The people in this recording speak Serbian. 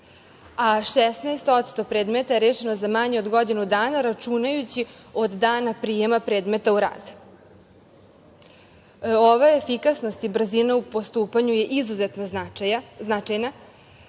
a 16% predmeta je rešeno za manje od godinu dana, računajući od dana prijema predmeta u rad. Ova efikasnost i brzina u postupanju je izuzetno značajna,